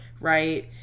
right